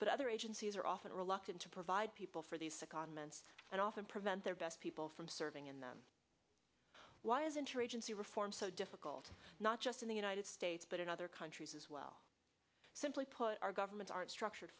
other agencies are often reluctant to provide people for these comments and often prevent their best people from serving in them why is interagency reform so difficult not just in the united states but in other countries as well simply put our governments aren't structured